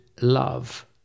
love